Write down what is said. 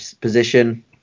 position